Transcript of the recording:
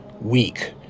week